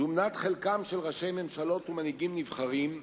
זו מנת חלקם של ראשי ממשלות ומנהיגים נבחרים,